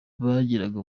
bagiraga